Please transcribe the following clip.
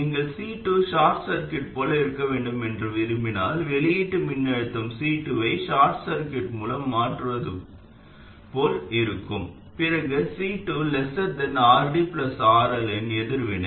நீங்கள் C2 short circuit போல இருக்க வேண்டும் என விரும்பினால் வெளியீட்டு மின்னழுத்தம் C2 ஐ ஷார்ட் சர்க்யூட் மூலம் மாற்றுவது போல் இருக்கும் பிறகு C2 RDRL இன் எதிர்வினை